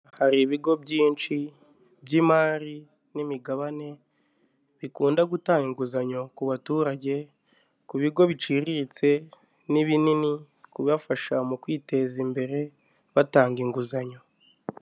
Hari ibigo byinshi by'imari n'imigabane bikunda gutanga inguzanyo ku baturage, ku bigo biciriritse n'ibini, kubafasha mu kwiteza imbere batanga inguzanyo.